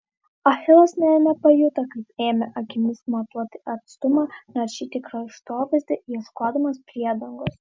achilas nė nepajuto kaip ėmė akimis matuoti atstumą naršyti kraštovaizdį ieškodamas priedangos